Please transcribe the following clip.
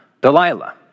Delilah